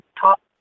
top